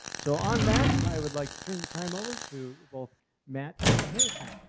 so on that, i would like to turn the time over to both matt and harrison.